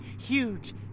Huge